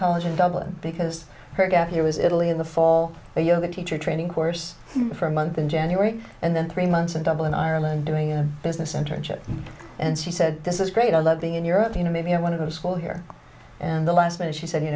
college in dublin because her gap year was italy in the fall a yoga teacher training course for a month in january and then three months in dublin ireland doing a business internship and she said this is great i love being in europe you know maybe i want to go to school here and the last minute she said you